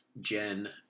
Jen